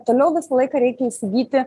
toliau visą laiką reikia įsigyti